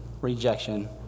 rejection